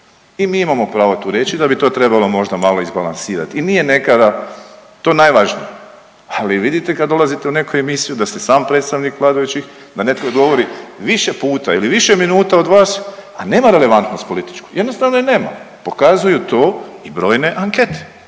i mi imamo pravo tu reći da bi to trebalo možda malo izbalansirat i nije nekada to najvažnije, ali vidite kad dolazite u neku emisiju da ste sam predstavnik vladajućih, da netko govori više puta ili više minuta od vas, a nema relevantnost političku jednostavno je nema, pokazuju to i brojne ankete